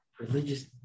religious